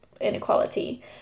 inequality